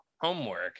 homework